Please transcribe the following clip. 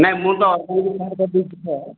ନାଇଁ ମୁଁ ତ